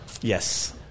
yes